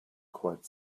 quite